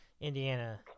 Indiana